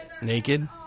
Naked